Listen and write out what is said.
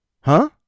Huh